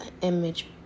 image